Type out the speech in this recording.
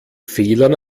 fehlern